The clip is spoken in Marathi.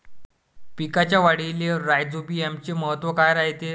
पिकाच्या वाढीले राईझोबीआमचे महत्व काय रायते?